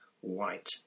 white